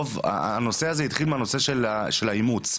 הנושא הזה התחיל מהנושא של האימוץ.